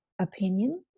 opinion